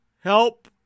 help